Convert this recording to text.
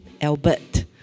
Albert